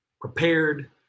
prepared